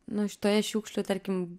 nu šitoje šiukšlių tarkim